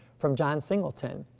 from john singleton,